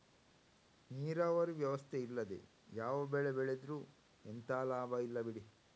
ನೀರಾವರಿ ವ್ಯವಸ್ಥೆ ಇಲ್ಲದೆ ಯಾವ ಬೆಳೆ ಬೆಳೆದ್ರೂ ಎಂತ ಲಾಭ ಇಲ್ಲ ಬಿಡಿ